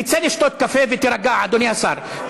תצא לשתות קפה ותירגע, אדוני השר.